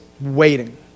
waiting